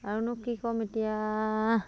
আৰুনো কি ক'ম এতিয়া